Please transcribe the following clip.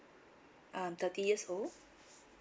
I'm thirty years old